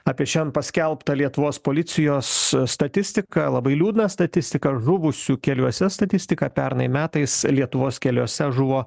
apie šiandien paskelbtą lietuvos policijos statistiką labai liūdną statistiką žuvusių keliuose statistiką pernai metais lietuvos keliuose žuvo